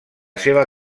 seva